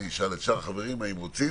אני אשאל את שאר החברים האם הם רוצים.